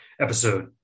episode